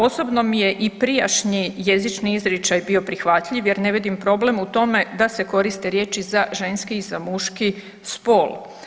Osobno mi je i prijašnji jezični izričaj bio prihvatljiv jer ne vidim problem u tome da se koriste riječi za ženski i za muški spol.